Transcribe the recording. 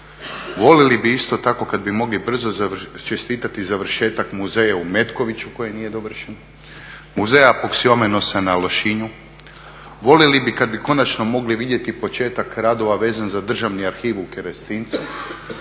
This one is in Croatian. Voljeli bi isto tako kad bi mogli čestitati završetak muzeja u Metkoviću koji nije dovršen, muzeja … na Lošinju, voljeli bi kad bi konačno mogli vidjeti početak radova vezan za Državni arhiv u Kerestincu.